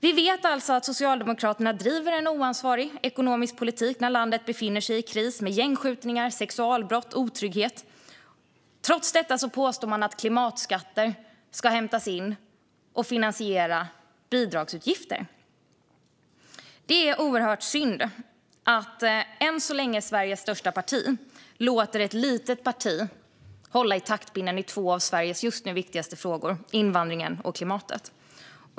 Vi vet alltså att Socialdemokraterna för en oansvarig ekonomisk politik när landet befinner sig i kris med gängskjutningar, sexualbrott och otrygghet. Trots detta påstår man att klimatskatter ska hämtas in och finansiera bidragsutgifter. Det är oerhört synd att Sveriges än så länge största parti låter ett litet parti hålla i taktpinnen i två av Sveriges just nu viktigaste frågor: invandringen och klimatet.